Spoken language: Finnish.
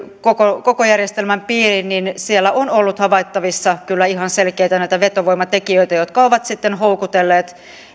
koko koko järjestelmän piiriin niin siellä on ollut havaittavissa kyllä ihan näitä selkeitä vetovoimatekijöitä jotka ovat sitten houkutelleet